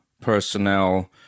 personnel